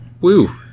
Woo